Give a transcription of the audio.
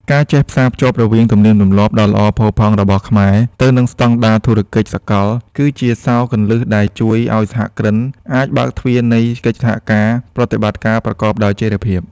ការចេះផ្សារភ្ជាប់រវាងទំនៀមទម្លាប់ដ៏ល្អផូរផង់របស់ខ្មែរ ទៅនឹងស្ដង់ដារធុរកិច្ចសកល គឺជាសោរគន្លឹះដែលជួយឱ្យសហគ្រិនអាចបើកទ្វារនៃកិច្ចសហប្រតិបត្តិការប្រកបដោយចីរភាព។